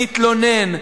מתלונן.